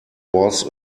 was